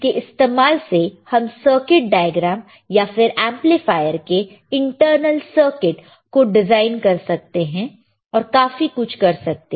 इसके इस्तेमाल से हम सर्किट डायग्राम या फिर एंपलीफायर के इंटरनल सर्किट को डिजाइन कर सकते हैं और काफी कुछ कर सकते हैं